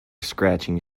scratching